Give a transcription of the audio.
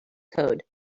code